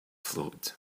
float